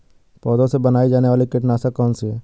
पौधों से बनाई जाने वाली कीटनाशक कौन सी है?